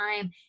time